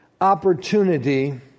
opportunity